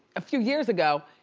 a few years ago,